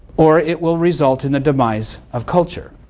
or it will result in the demise of culture.